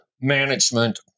management